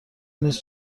نیز